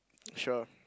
sure